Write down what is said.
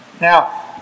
Now